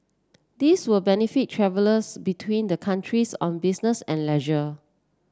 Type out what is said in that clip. this will benefit travellers between the countries on business and leisure